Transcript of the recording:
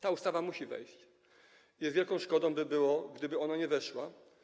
Ta ustawa musi wejść, więc wielką szkodą by było, gdyby ona nie weszła.